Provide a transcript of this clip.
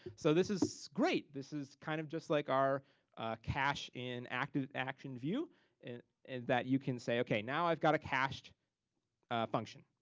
so this is great. this is kind of just like our cache in active action view and and that you can say okay now i've got a cached function,